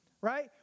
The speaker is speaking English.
right